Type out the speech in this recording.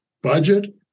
Budget